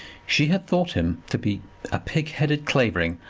she had thought him to be a pigheaded clavering,